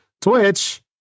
Twitch